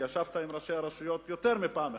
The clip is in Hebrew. שישבת עם ראשי הרשויות יותר מפעם אחת,